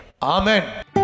Amen